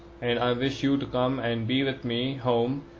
and i wish you to come and be with me home,